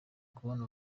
kubona